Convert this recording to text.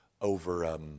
over